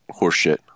horseshit